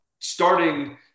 starting